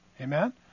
Amen